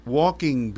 walking